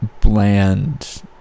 bland